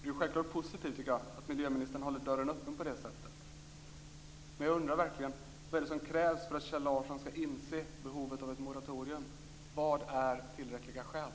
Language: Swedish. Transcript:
Det är självklart positivt att miljöministern håller dörren öppen på det sättet. Jag undrar verkligen: Vad är det som krävs för att Kjell Larsson skall inse behovet av ett moratorium? Vad är tillräckliga skäl?